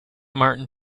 martin